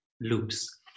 loops